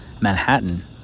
Manhattan